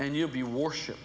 and you'll be a warship